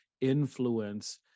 influence